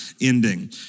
ending